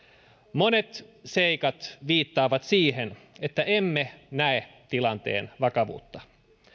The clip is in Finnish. monet seikat viittaavat siihen että emme näe tilanteen vakavuutta